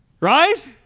Right